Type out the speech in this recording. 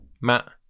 Matt